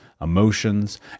emotions